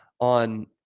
on